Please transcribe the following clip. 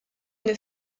une